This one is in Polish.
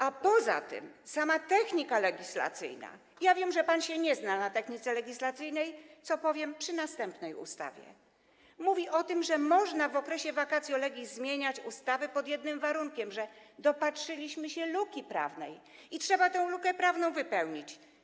A poza tym sama zasady techniki legislacyjnej - wiem, że pan się nie zna na technice legislacyjnej, co powiem przy następnej ustawie - mówią o tym, że można w okresie vacatio legis zmieniać ustawy pod jednym warunkiem, że dopatrzyliśmy się luki prawnej i trzeba tę lukę wypełnić.